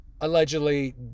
allegedly